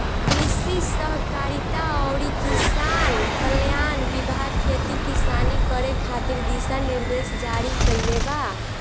कृषि सहकारिता अउरी किसान कल्याण विभाग खेती किसानी करे खातिर दिशा निर्देश जारी कईले बा